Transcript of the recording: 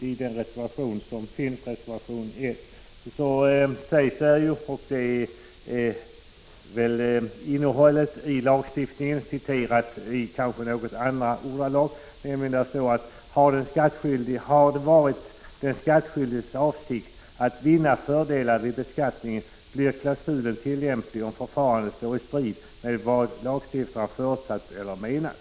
I reservation 1, där innehållet i lagen återges, står exempelvis att om avsikten varit att vinna fördelar vid beskattningen blir klausulen tillämplig, om förfarandet står i strid med vad lagstiftaren förutsatt eller menat.